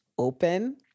open